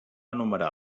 enumerar